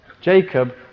Jacob